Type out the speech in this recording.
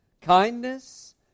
kindness